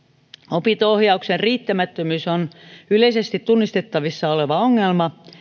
opinto ohjauksen riittämättömyys on yleisesti tunnistettavissa oleva ongelma